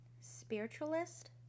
spiritualist